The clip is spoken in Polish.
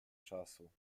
czasu